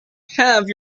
have